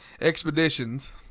expeditions